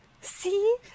See